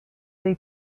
they